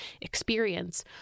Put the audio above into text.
experience